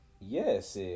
yes